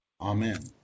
amen